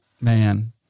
Man